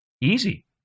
easy